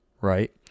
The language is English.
right